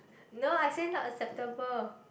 no I say not acceptable